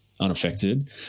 unaffected